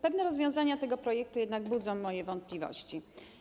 Pewne rozwiązania tego projektu jednak budzą moje wątpliwości.